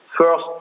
first